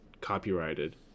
copyrighted